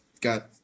got